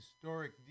historic